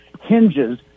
hinges